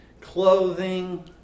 clothing